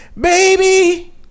baby